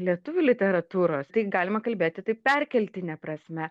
lietuvių literatūros tai galima kalbėti taip perkeltine prasme